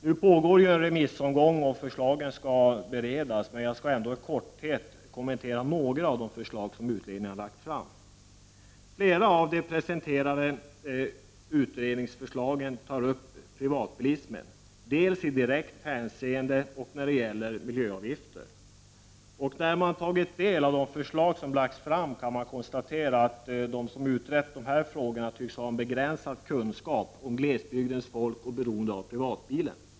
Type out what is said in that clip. Nu pågår en remissomgång, och förslagen skall beredas, men jag skall ändå i korthet kommentera några av de förslag som utredningarna har lagt fram. I flera av de presenterade utredningsförslagen tas frågan om privatbilismen upp, dels i direkt skattehänseende, dels när det gäller miljöavgifter. När man har tagit del av de förslag som lagts fram kan man konstatera att de som utrett dessa frågor tycks ha en begränsad kunskap om glesbygdens folk och om beroendet av privatbilen.